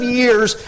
years